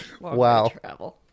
Wow